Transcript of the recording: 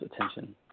attention